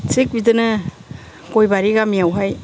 थिग बिदिनो गयबारि गामियावहाय